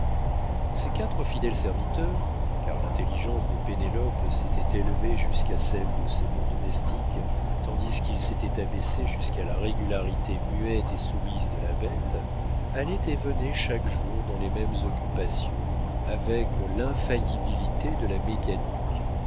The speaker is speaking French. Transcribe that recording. ces quatre fidèles serviteurs car l'intelligence de pénélope s'était élevée jusqu'à celle de ces bons domestiques tandis qu'ils s'étaient abaissés jusqu'à la régularité muette et soumise de la bête allaient et venaient chaque jour dans les mêmes occupations avec l'infaillibilité de la mécanique